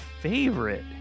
favorite